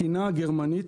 תקינה גרמנית.